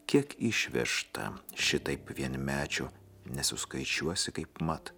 kiek išvežta šitaip vienmečio nesuskaičiuosi kaipmat